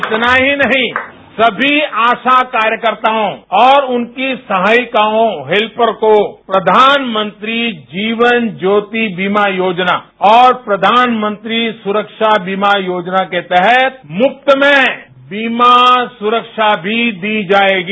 इतना ही नहीं सभी आशा कार्यकर्ताओं और उनकी सहायिकाओं हेल्पर को प्रधानमंत्री जीवन ज्योति बीमा योजना और प्रधानमंत्री सुरक्षा बीमा योजना के तहत मुफ्त में बीमा सुरक्षा दी जाएगी